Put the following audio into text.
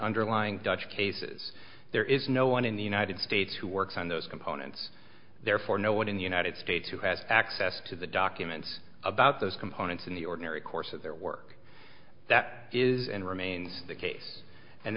underlying dutch cases there is no one in the united states who works on those components therefore no one in the united states who has access to the documents about those components in the ordinary course of their work that is and remains the case and